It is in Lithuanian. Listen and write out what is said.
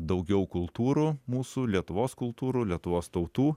daugiau kultūrų mūsų lietuvos kultūrų lietuvos tautų